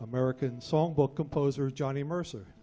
american songbook composer johnny mercer